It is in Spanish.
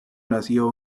nació